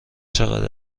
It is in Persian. چقدر